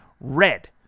red